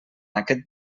aquest